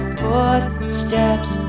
footsteps